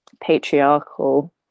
patriarchal